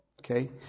Okay